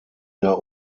der